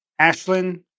Ashlyn